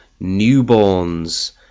newborns